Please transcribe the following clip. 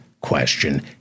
question